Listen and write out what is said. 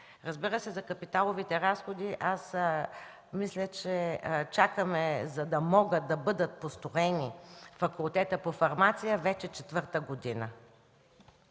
Разбира се, за капиталовите разходи мисля, че чакаме, за да може да бъде построен Факултетът по фармация вече четвърта година.